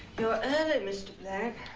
you're early mr. black.